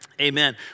Amen